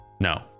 no